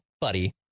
buddy